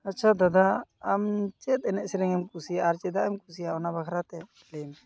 ᱟᱪᱷᱟ ᱫᱟᱫᱟ ᱟᱢ ᱪᱮᱫ ᱮᱱᱮᱡ ᱥᱮᱨᱮᱧᱮᱢ ᱠᱩᱥᱤᱭᱟᱜᱼᱟ ᱟᱨ ᱪᱮᱫᱟᱜ ᱮᱢ ᱠᱩᱥᱤᱭᱟᱜᱼᱟ ᱚᱱᱟ ᱵᱟᱠᱷᱨᱟ ᱛᱮ ᱞᱟᱹᱭ ᱢᱮ